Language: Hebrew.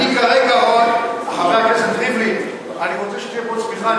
חבר הכנסת ריבלין, אני רוצה שתהיה פה צמיחה.